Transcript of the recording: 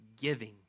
giving